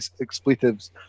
expletives